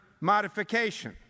modification